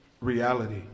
reality